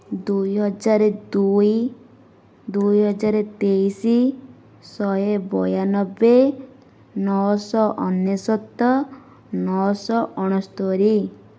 ଦୁଇହଜାର ଦୁଇ ଦୁଇହଜାର ତେଇଶି ଶହେ ବୟାନବେ ନଅଶହ ଅନେଶ୍ୱତ ନଅଶହ ଅଣସ୍ତୋରୀ